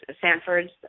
Sanford's